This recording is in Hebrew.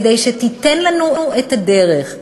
כדי שתיתן לנו את הדרך,